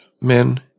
men